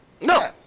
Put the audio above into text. No